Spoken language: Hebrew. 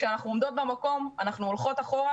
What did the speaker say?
בעצם זה שאנחנו עומדות במקום אנחנו הולכות אחורה,